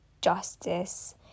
justice